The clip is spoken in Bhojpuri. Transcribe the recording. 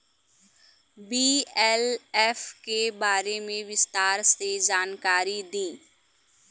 बी.एल.एफ के बारे में विस्तार से जानकारी दी?